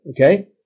okay